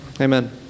Amen